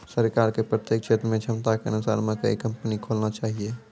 सरकार के प्रत्येक क्षेत्र मे क्षमता के अनुसार मकई कंपनी खोलना चाहिए?